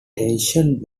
tension